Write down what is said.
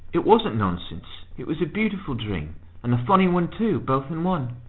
it wasn't nonsense. it was a beautiful dream and a funny one too, both in one.